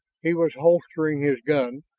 he was holstering his gun,